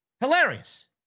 Hilarious